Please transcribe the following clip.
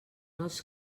els